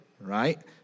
right